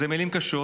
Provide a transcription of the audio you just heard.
אלה מילים קשות,